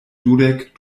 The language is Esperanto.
dudek